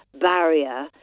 barrier